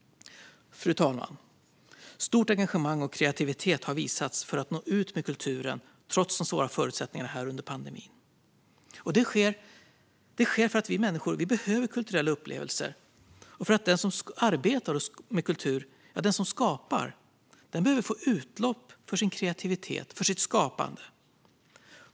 Fru talman! Stort engagemang och stor kreativitet har visats för att nå ut med kulturen trots de svåra förutsättningarna under pandemin. Detta sker för att vi människor behöver kulturella upplevelser och för att den som arbetar med kultur, den som skapar, behöver få utlopp för sin kreativitet och sitt skapande.